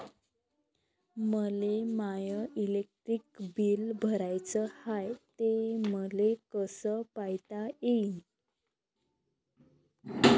मले माय electric bill भराचं हाय, ते मले कस पायता येईन?